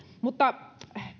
mutta